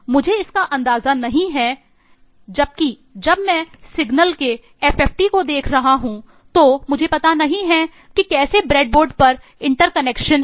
मुझे इसका कोई अंदाजा नहीं है जबकि जब मैं सिग्नल के एफएफटी है